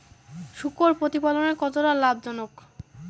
শূকর প্রতিপালনের কতটা লাভজনক?